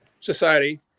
society